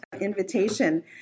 invitation